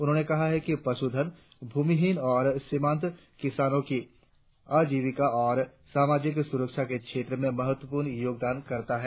उन्होंने कहा कि पशुधन भूमिहीनों और सीमांत किसानों की आजीविका और सामाजिक सुरक्षा के क्षेत्र में महत्वपूर्ण योगदान करता है